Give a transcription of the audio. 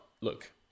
look